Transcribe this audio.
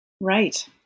Right